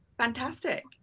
fantastic